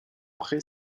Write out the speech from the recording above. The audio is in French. près